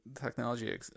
technology